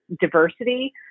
diversity